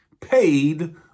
paid